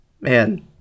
Man